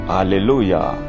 Hallelujah